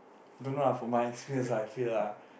don't know lah from my experience lah I feel lah